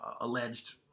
alleged